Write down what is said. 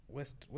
West